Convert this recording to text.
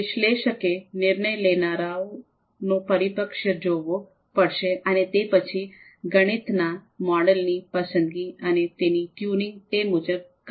વિશ્લેષકે નિર્ણય લેનારાનો પરિપ્રેક્ષ્ય જોવો પડશે અને તે પછી ગણિતના મોડેલની પસંદગી અને તેની ટ્યુનિંગ તે મુજબ કરવી પડશે